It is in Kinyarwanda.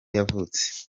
yavutse